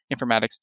informatics